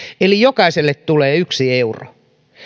eli jokaiselle tulee yksi euro